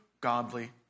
godly